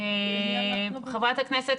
חברת הכנסת